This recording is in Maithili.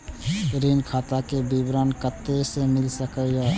ऋण खाता के विवरण कते से मिल सकै ये?